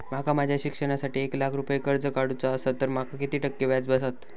माका माझ्या शिक्षणासाठी एक लाख रुपये कर्ज काढू चा असा तर माका किती टक्के व्याज बसात?